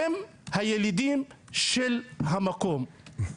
הם הילידים של המקום.